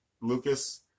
Lucas